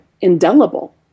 indelible